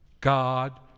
God